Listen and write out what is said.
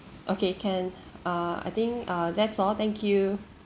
okay can uh I think uh that's all thank you